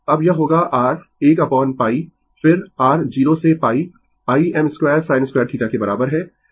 अब यह होगा r 1 अपोन π फिर r 0 से π Im2sin2θ के बराबर है